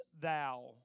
thou